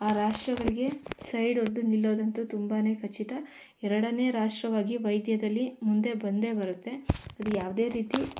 ಆ ರಾಷ್ಟ್ರಗಳಿಗೆ ಸೈಡ್ ಹೊಡ್ದು ನಿಲ್ಲೋದಂತೂ ತುಂಬನೇ ಖಚಿತ ಎರಡನೇ ರಾಷ್ಟ್ರವಾಗಿ ವೈದ್ಯದಲ್ಲಿ ಮುಂದೆ ಬಂದೇ ಬರುತ್ತೆ ಅದ್ಯಾವುದೇ ರೀತಿ